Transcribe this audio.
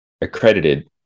accredited